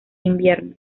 invierno